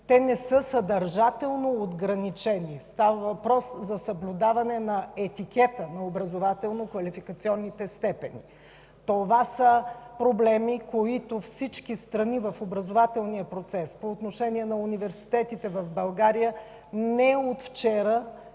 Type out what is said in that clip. те не са съдържателно отграничени. Става въпрос за съблюдаване на етикета на образователно-квалификационните степени. Това са проблеми, които всички страни в образователния процес по отношение на университетите в България не от вчера